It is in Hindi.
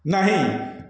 नहीं